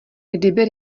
kdyby